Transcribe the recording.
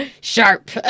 sharp